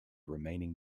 remaining